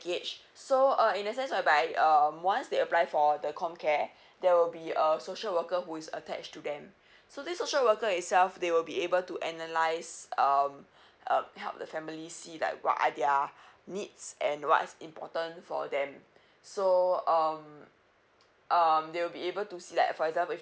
package so uh in a sense whereby um once they apply for the comcare there'll be a social worker who's attach to them so this social worker itself they will be able to analyse um uh help the family see like what are their needs and what's important for them so um um they will be able to see like for example